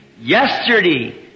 yesterday